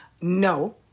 No